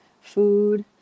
food